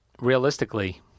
realistically